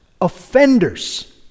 offenders